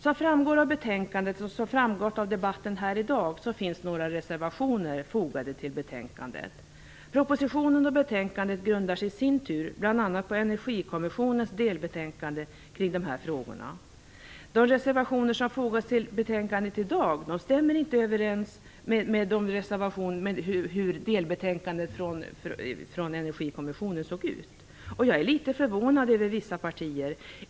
Som framgår av betänkandet och som framgått av debatten här i dag finns några reservationer fogade till betänkandet. Propositionen och betänkandet grundar sig i sin tur bl.a. på Energikommissionens delbetänkande kring dessa frågor. De reservationer som fogats till betänkandet i dag stämmer inte överens med delbetänkandet från Energikommissionen. Jag är litet förvånad över vissa partier.